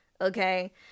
Okay